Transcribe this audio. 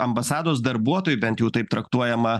ambasados darbuotojai bent jau taip traktuojama